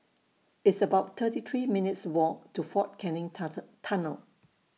It's about thirty three minutes' Walk to Fort Canning Tunnel